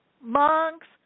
monks